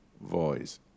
voice